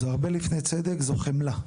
זה הרבה לפני צדק זו חמלה.